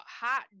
hot